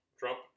trump